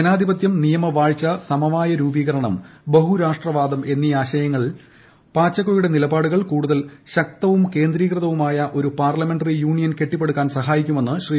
ജനാധിപത്യം നിയമവാഴ്ച സമവായ രൂപീകരണം ബഹുരാഷ്ട്രവാദം എന്നീ ആശയങ്ങളിൽ പാച്ചെക്കോയുടെ നിലപാടുകൾ കൂടുതൽ ശക്തവും കേന്ദ്രീകൃതവുമായ ഒരു പാർലമെന്ററി യൂണിയൻ കെട്ടിപ്പടുക്കാൻ സഹായിക്കുമെന്ന് ശ്രീ